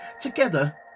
Together